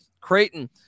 Creighton